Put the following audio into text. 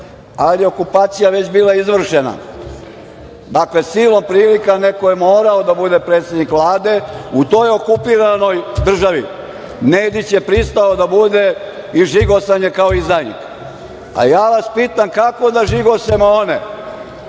ali okupacija je već bila izvršena. Dakle, silom prilike neko je morao da bude predsednik Vlade. U toj okupiranoj državi Nedić je pristao da bude, i žigosan je kao izdajnik, a ja vas pitam - kako da žigošemo one